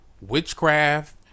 witchcraft